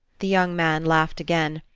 the young man laughed again.